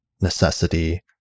necessity